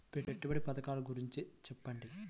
పెట్టుబడి పథకాల గురించి చెప్పండి?